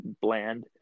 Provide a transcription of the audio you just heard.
bland